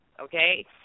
okay